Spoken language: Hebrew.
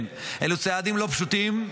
כן, אלו צעדים לא פשוטים,